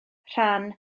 rhan